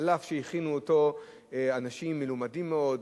אף שהכינו אותו אנשים מלומדים מאוד,